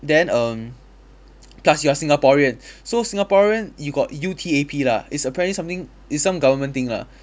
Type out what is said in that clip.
then err plus you are singaporean so singaporean you got U_T_A_P lah it's apparently something it's some government thing lah